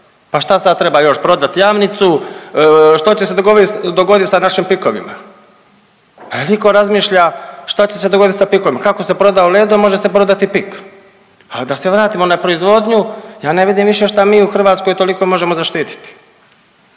Pa šta sad treba još prodati Jamnicu? Što će se dogoditi sa našim pikovima? Pa jel' itko razmišlja šta će se dogoditi sa pikovima? Kako se prodao Ledo može prodati i pik? A da se vratimo na proizvodnju ja ne vidim više šta mi u Hrvatskoj toliko možemo zaštititi?